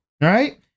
Right